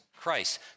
Christ